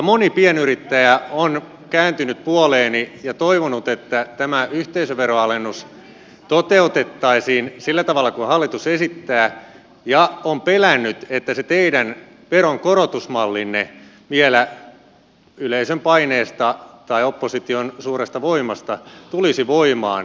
moni pienyrittäjä on kääntynyt puoleeni ja toivonut että tämä yhteisöveroalennus toteutettaisiin sillä tavalla kuin hallitus esittää ja on pelännyt että se teidän veronkorotusmallinne vielä yleisön paineesta tai opposition suuresta voimasta tulisi voimaan